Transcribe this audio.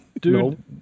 Dude